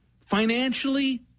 financially